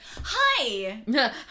hi